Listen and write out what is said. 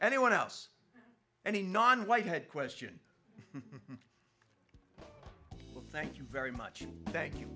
anyone else any non white had question thank you very much thank you